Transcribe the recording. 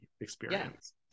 experience